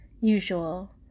usual